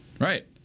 right